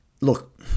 Look